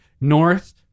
north